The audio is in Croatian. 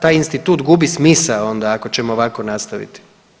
Taj institut gubi smisao onda ako ćemo ovako nastaviti.